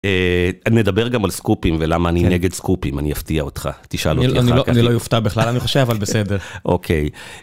נדבר גם על סקופים ולמה אני נגד סקופים, אני אפתיע אותך, תשאל אותי אחר כך. אני לא אופתע בכלל, אני חושב, אבל בסדר. אוקיי.